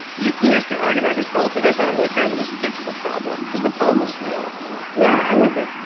you you always can argue about whose fault it is. i don't really care. we'll just fix the problem because the problem is real yeah, i'm with you.